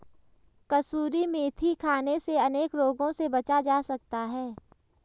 कसूरी मेथी खाने से अनेक रोगों से बचा जा सकता है